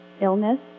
illness